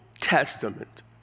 Testament